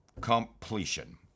completion